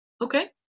okay